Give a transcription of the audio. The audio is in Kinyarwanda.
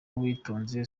uwitonze